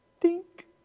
Dink